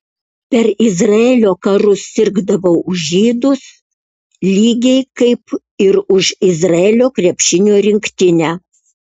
per izraelio karus sirgdavau už žydus lygiai kaip ir už izraelio krepšinio rinktinę